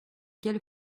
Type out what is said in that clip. quelle